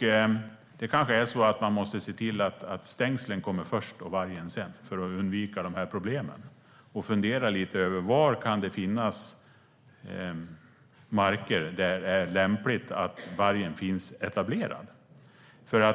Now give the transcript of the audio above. är. Det kanske är så att man måste se till att stängslen kommer först och vargen sedan, för att undvika problemen. Man kanske måste fundera lite över var det kan finnas marker där det är lämpligt att vargen finns etablerad.